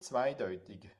zweideutig